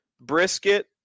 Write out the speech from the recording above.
brisket